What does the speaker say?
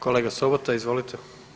Kolega Sobota, izvolite.